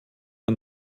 ein